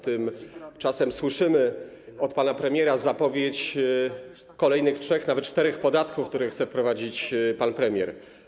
Tymczasem słyszymy od pana premiera zapowiedź kolejnych trzech, nawet czterech podatków, które chce wprowadzić pan premier.